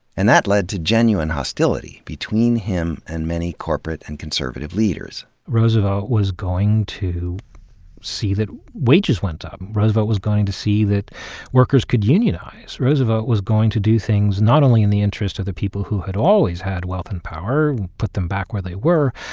and that led to genuine hostility between him and many corporate and conservative leaders. roosevelt was going to see that wages went up. roosevelt was going to see that workers could unionize. roosevelt was going to do things not only in the interest of the people who had always had wealth and power, put them back where they were,